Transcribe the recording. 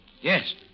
Yes